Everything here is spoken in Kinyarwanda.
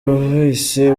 bwahise